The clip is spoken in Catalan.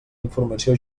informació